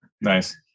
Nice